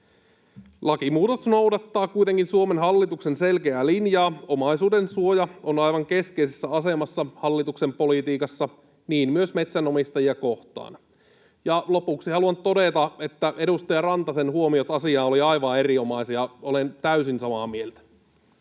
Lakimuutos noudattaa kuitenkin Suomen hallituksen selkeää linjaa: omaisuudensuoja on aivan keskeisessä asemassa hallituksen politiikassa, niin myös metsänomistajia kohtaan. Lopuksi haluan todeta, että edustaja Rantasen huomiot asiaan olivat aivan erinomaisia. Olen täysin samaa mieltä.